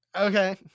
Okay